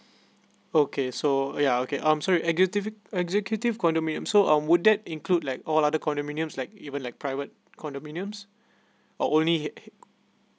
okay so yeah okay um sorry exec~ executive condominium so um would that include like all other condominiums like even like private condominiums or only hi~ hi~